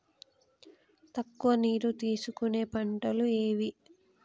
తక్కువ నీరు తీసుకునే పంటలు ఏవి?